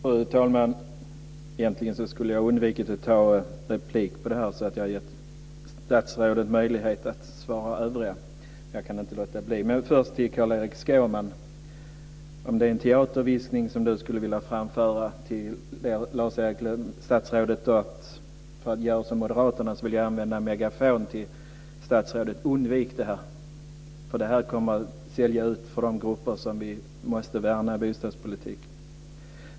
Fru talman! Egentligen skulle jag ha undvikit att gå upp igen, för att ge statsrådet möjlighet att svara de övriga, men jag kan inte låta bli. Först vill jag säga till Carl-Erik Skårman att om det var en teaterviskning som han ville framföra till statsrådet för att han ska göra som Moderaterna, vill jag använda en megafon till statsrådet: Undvik det! Det skulle innebära att man säljer ut för de grupper som vi måste värna om i bostadspolitiken.